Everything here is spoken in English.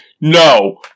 no